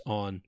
on